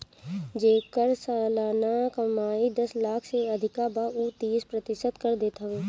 जेकर सलाना कमाई दस लाख से अधिका बा उ तीस प्रतिशत कर देत हवे